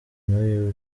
n’uyu